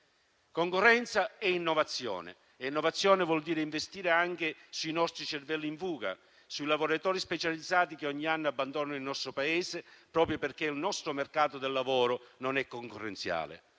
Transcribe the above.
concorrenza e innovazione, innovazione vuol dire investire anche sui nostri cervelli in fuga e sui lavoratori specializzati che ogni anno abbandonano il nostro Paese, proprio perché il nostro mercato del lavoro non è concorrenziale.